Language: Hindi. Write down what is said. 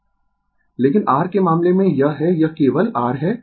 Refer Slide Time 0851 लेकिन R के मामले में यह है यह केवल R है